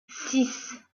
six